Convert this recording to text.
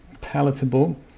palatable